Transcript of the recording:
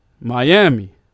Miami